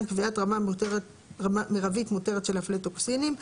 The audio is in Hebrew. קביעת רמה מרבית מותרת של אפלטוקסינים,